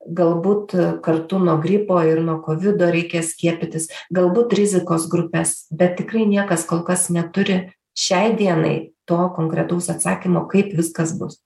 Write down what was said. galbūt kartu nuo gripo ir nuo kovido reikia skiepytis galbūt rizikos grupes bet tikrai niekas kol kas neturi šiai dienai to konkretaus atsakymo kaip viskas bus